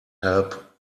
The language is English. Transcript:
help